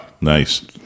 Nice